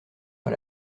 pas